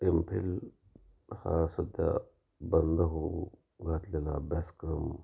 MPhil हा सध्या बंद होऊ घातलेला अभ्यासक्रम